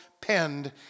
penned